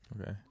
Okay